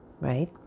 right